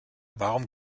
warum